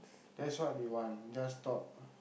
that's what they want just talk